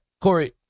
Corey